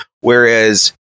whereas